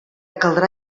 caldrà